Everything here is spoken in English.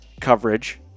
coverage